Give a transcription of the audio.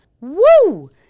Woo